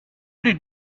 did